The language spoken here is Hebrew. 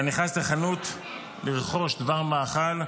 אתה נכנס לחנות לרכוש דבר מאכל,